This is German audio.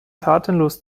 tatenlos